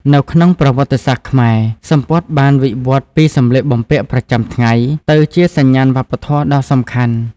នៅក្នុងប្រវត្តិសាស្ត្រខ្មែរ សំពត់បានវិវត្តន៍ពីសម្លៀកបំពាក់ប្រចាំថ្ងៃទៅជាសញ្ញាណវប្បធម៌ដ៏សំខាន់។